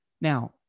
Now